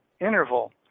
interval